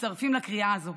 מצטרפות לקריאה הזו.